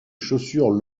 chaussures